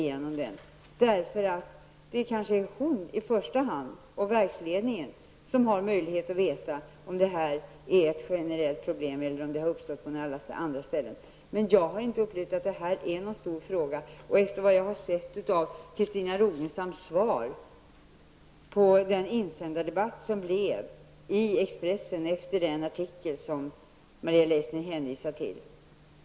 Kanske Christina Rogestam i första hand och verksledningen har möjlighet att veta om detta är ett generellt problem eller bara rör vissa ställen. Jag har inte upplevt att detta är någon stor fråga. Jag har läst Christina Rogestams svar på den insändardebatt som uppstod i Expressen efter den artikel som Maria Leissner hänvisade till.